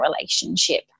relationship